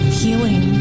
healing